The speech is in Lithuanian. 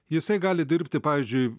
jisai gali dirbti pavyzdžiui